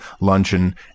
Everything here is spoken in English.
luncheon